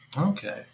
Okay